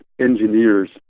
engineers